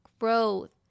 growth